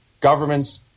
governments